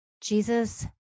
Jesus